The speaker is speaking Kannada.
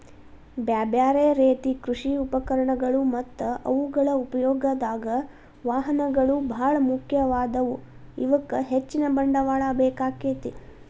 ಬ್ಯಾರ್ಬ್ಯಾರೇ ರೇತಿ ಕೃಷಿ ಉಪಕರಣಗಳು ಮತ್ತ ಅವುಗಳ ಉಪಯೋಗದಾಗ, ವಾಹನಗಳು ಬಾಳ ಮುಖ್ಯವಾದವು, ಇವಕ್ಕ ಹೆಚ್ಚಿನ ಬಂಡವಾಳ ಬೇಕಾಕ್ಕೆತಿ